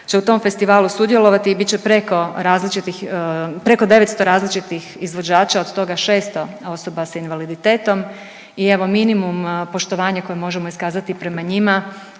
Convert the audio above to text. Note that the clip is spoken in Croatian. će u tom festivalu sudjelovati i bit će preko različitih, preko 900 različitih izvođača od toga 600 osoba s invaliditetom i evo minimum poštovanja koje možemo iskazati prema njima